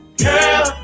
Girl